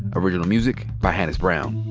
original music by hannis brown.